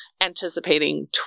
anticipating